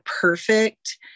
perfect